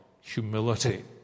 humility